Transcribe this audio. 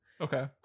Okay